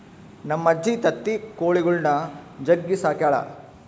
ನಮ್ಮಜ್ಜಿ ತತ್ತಿ ಕೊಳಿಗುಳ್ನ ಜಗ್ಗಿ ಸಾಕ್ಯಳ